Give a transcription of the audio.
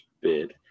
bid